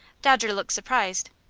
dodger looked surprised.